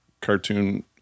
cartoon